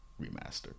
remaster